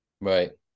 Right